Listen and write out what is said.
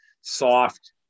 soft